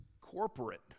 corporate